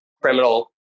criminal